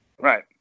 Right